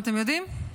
אתם יודעים?